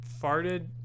farted